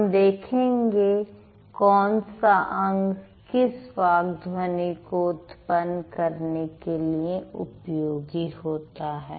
हम देखेंगे कौन सा अंग किस वाक् ध्वनि को उत्पन्न करने के लिए उपयोगी होता है